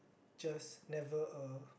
just never uh